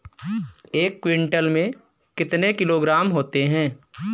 एक क्विंटल में कितने किलोग्राम होते हैं?